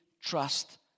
trust